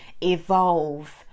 evolve